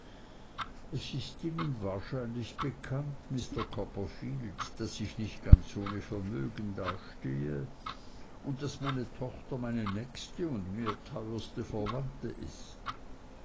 es ist ihnen wahrscheinlich bekannt mr copperfield daß ich nicht ganz ohne vermögen dastehe und daß meine tochter meine nächste und mir teuerste verwandte ist